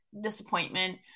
disappointment